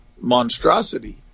monstrosity